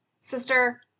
Sister